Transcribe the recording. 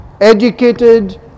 educated